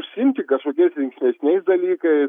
užsiimti kažkokiais linksmesniais dalykais